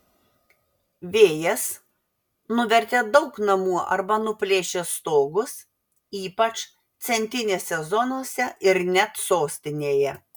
vėjas nuvertė daug namų arba nuplėšė stogus ypač centinėse zonose ir net sostinėje